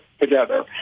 together